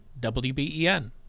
WBEN